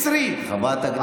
היא מחולקת, אלימים, אכזריים.